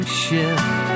shift